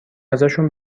ازشون